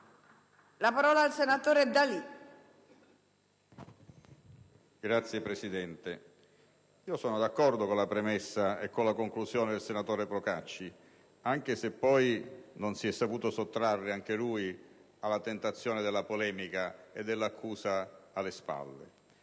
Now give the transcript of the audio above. una nuova finestra") *(PdL)*. Signora Presidente, sono d'accordo con la premessa e con la conclusione del senatore Procacci, anche se poi non si è saputo sottrarre neanche lui alla tentazione della polemica e dell'accusa alle spalle.